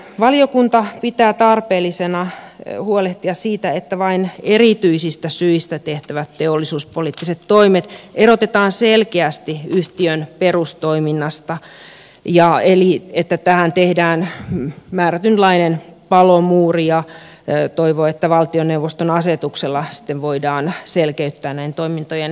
valiokunta pitää tarpeellisena huolehtia siitä että vain erityisistä syistä tehtävät teollisuuspoliittiset toimet erotetaan selkeästi yhtiön perustoiminnasta eli että tähän tehdään määrätynlainen palomuuri ja toivoo että valtioneuvoston asetuksella sitten voidaan selkeyttää näin toimintojen eroja